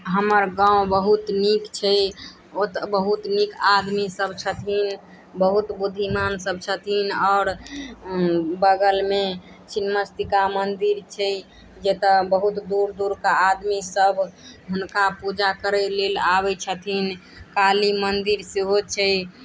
हमर गाँव बहुत नीक छै ओतऽ बहुत नीक आदमी सब छथिन बहुत बुद्धिमान सब छथिन और बगल मे छिन्मस्तिका मंदिर छै जतऽ बहुत दूर दूर कऽ आदमी सब हुनका पूजा करय लेल आबै छथिन काली मंदिर सेहो छै